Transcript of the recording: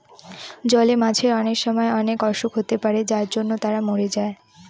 জলে মাছের অনেক সময় অনেক অসুখ হতে পারে যার জন্য তারা মরে যায়